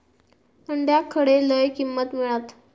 अंड्याक खडे लय किंमत मिळात?